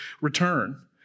return